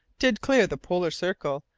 did clear the polar circle,